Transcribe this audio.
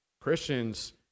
Christians